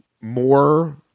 more